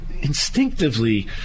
instinctively